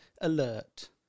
alert